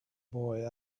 boy